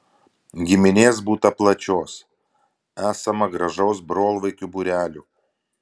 giminės būta plačios esama gražaus brolvaikių būrelio